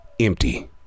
empty